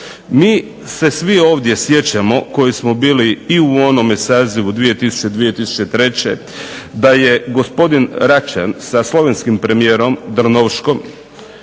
Mi se svi ovdje sjećamo koji smo bili i u onome sazivu 2000. - 2003. da je gospodin Račan sa slovenskim premijerom Drnovšekom